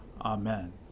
Amen